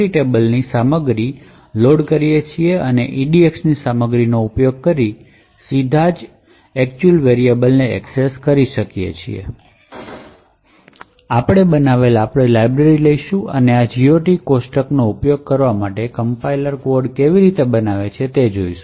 ટેબલની સામગ્રી લોડ કરીએ છીએ અને EDXની સામગ્રીનો ઉપયોગ કરીને સીધા વાસ્તવિક વેરીયેબલને એક્સેસ કરી શકીએ છીએ આપણે બનાવેલ આપણું લાઇબ્રેરી લઈશું અને આ GOT કોષ્ટકનો ઉપયોગ કરવા માટે કમ્પાઇલર કોડ કેવી રીતે બનાવે છે તે જોશું